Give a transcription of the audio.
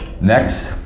Next